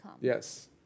Yes